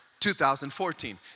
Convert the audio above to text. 2014